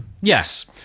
Yes